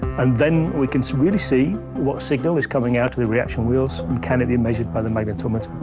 and then we can really see what signal is coming out of the reaction wheels and can it be measured by the magnetometer.